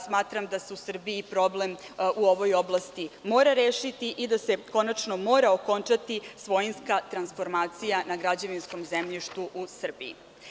Smatram da se u Srbiji problem u ovoj oblasti mora rešiti i da se konačno mora okončati svojinska transformacija na građevinskom zemljištu u Srbiji.